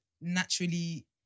naturally